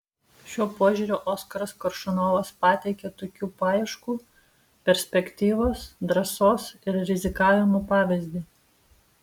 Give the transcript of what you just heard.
šiuo požiūriu oskaras koršunovas pateikia tokių paieškų perspektyvos drąsos ir rizikavimo pavyzdį